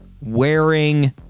wearing